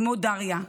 כמו דריה,